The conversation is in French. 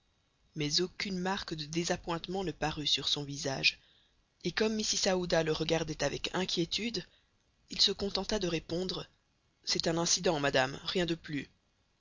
mais aucune marque de désappointement ne parut sur son visage et comme mrs aouda le regardait avec inquiétude il se contenta de répondre c'est un incident madame rien de plus